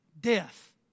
Death